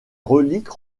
reliques